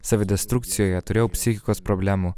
savidestrukcijoje turėjau psichikos problemų